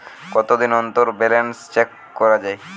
কতদিন অন্তর balance check করা য়ায়?